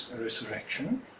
resurrection